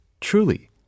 truly